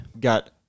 got